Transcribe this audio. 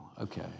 okay